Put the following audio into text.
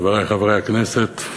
חברי חברי הכנסת,